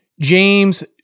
James